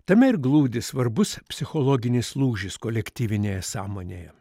tame ir glūdi svarbus psichologinis lūžis kolektyvinėje sąmonėje